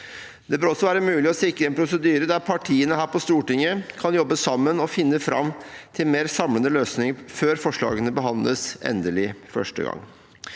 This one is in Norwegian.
Det bør også være mulig å sikre en prosedyre der partiene her på Stortinget kan jobbe sammen og finne fram til mer samlende løsninger før forslagene behandles endelig første gang.